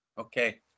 Okay